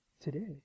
today